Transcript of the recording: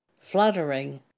fluttering